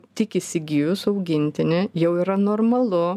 tik įsigijus augintinį jau yra normalu